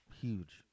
Huge